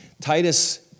Titus